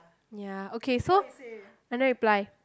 ya okay so I never reply